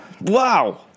wow